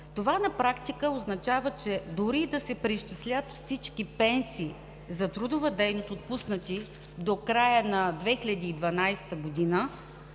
Това на практика означава, че дори и да се преизчислят всички пенсии за трудова дейност, отпуснати до края на 2012 г.,